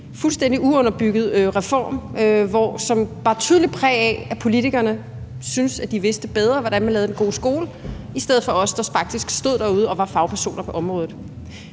fuldstændig uunderbygget reform, som bar tydeligt præg af, at politikerne syntes, at de vidste bedre, hvordan man lavede den gode skole, end os, der faktisk stod derude og var fagpersoner på området.